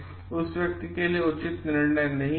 और उस व्यक्ति के लिए उचित निर्णय नहीं है